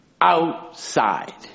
outside